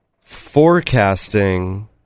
forecasting